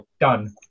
done